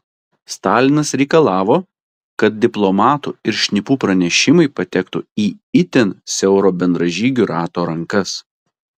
stalinas reikalavo kad diplomatų ir šnipų pranešimai patektų į itin siauro bendražygių rato rankas